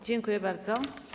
Dziękuję bardzo.